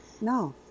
No